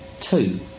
Two